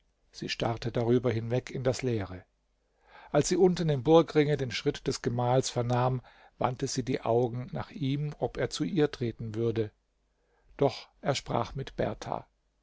sie starrte darüber hinweg in das leere als sie unten im burgringe den schritt des gemahls vernahm wandte sie die augen nach ihm ob er zu ihr treten würde doch er sprach mit berthar